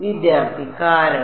വിദ്യാർത്ഥി കാരണം